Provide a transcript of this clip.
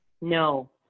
No